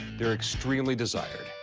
they're extremely desired.